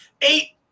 eight